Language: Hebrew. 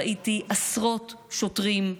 ראיתי עשרות שוטרים,